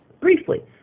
Briefly